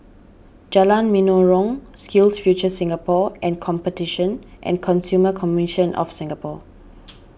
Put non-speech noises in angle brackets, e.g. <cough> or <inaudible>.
Jalan Menarong SkillsFuture Singapore and Competition and Consumer Commission of Singapore <noise>